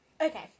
Okay